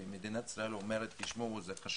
ואם מדינת ישראל אומרת תשמעו, זה חשוב,